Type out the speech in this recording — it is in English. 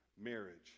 marriage